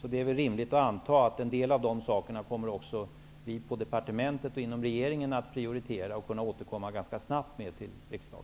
Och det är väl rimligt att anta att vi på departementet och inom regeringen kommer att prioritera en del av de förslagen och ganska snabbt återkomma till riksdagen.